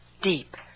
deep